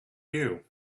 you